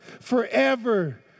forever